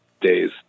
days